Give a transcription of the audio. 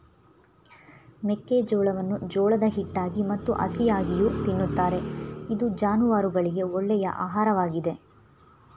ಮೆಕ್ಕೆಜೋಳವನ್ನು ಜೋಳದ ಹಿಟ್ಟಾಗಿ ಮತ್ತು ಹಸಿಯಾಗಿಯೂ ತಿನ್ನುತ್ತಾರೆ ಇದು ಜಾನುವಾರುಗಳಿಗೆ ಒಳ್ಳೆಯ ಆಹಾರವಾಗಿದೆ